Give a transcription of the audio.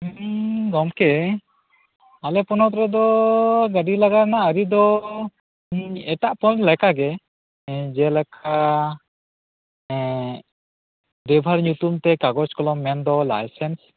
ᱦᱩᱸ ᱜᱚᱢᱠᱮ ᱟᱞᱮ ᱯᱚᱱᱚᱛ ᱨᱮᱫᱚ ᱜᱟ ᱰᱤ ᱞᱟᱜᱟ ᱨᱮᱱᱟᱜ ᱟᱹᱨᱤ ᱫᱚ ᱮᱴᱟᱜ ᱯᱚᱱᱚᱛ ᱞᱮᱠᱟ ᱜᱮ ᱡᱮᱞᱮᱠᱟ ᱮᱸ ᱵᱮᱭᱵᱷᱟᱨ ᱧᱩᱛᱩᱢ ᱛᱮ ᱠᱟᱜᱚᱪ ᱠᱚᱞᱚᱢ ᱢᱮᱱᱫᱚ ᱞᱟᱭᱥᱮᱱᱥ